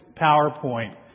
PowerPoint